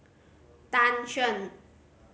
Tan Shen